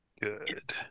good